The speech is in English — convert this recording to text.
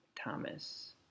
Thomas